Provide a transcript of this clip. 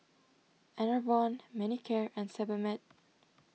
Enervon Manicare and Sebamed